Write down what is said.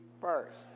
first